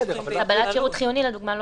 קבלת שירות חיוני, לדוגמה.